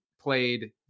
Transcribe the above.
played